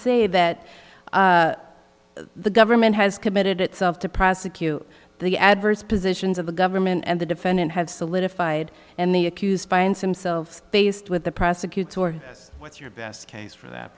say that the government has committed itself to prosecute the adverse positions of the government and the defendant have solidified and the accused by in some self faced with the prosecutor or what's your best case for th